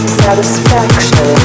satisfaction